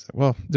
well,